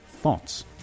thoughts